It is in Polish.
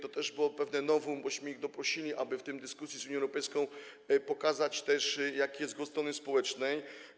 To też było pewne novum, bo ich doprosiliśmy, aby w tej dyskusji z Unią Europejską pokazać też, jaki jest głos strony społecznej.